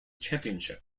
championship